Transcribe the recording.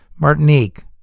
Martinique